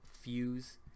fuse